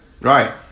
Right